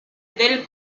del